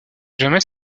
jamais